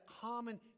common